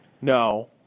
No